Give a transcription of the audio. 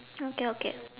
okay okay